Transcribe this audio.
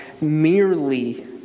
merely